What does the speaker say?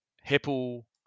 Heppel